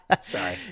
Sorry